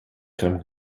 crème